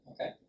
Okay